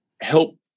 help